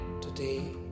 today